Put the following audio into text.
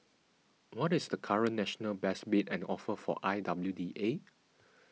what is the current national best bid and offer for I W D A